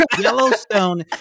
Yellowstone